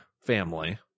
family